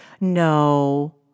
no